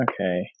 Okay